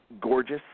gorgeous